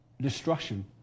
destruction